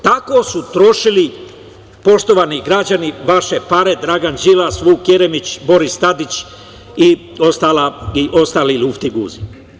Tako su trošili, poštovani građani, vaše pare Dragan Đilas, Vuk Jeremić, Boris Tadić i ostali luftiguzi.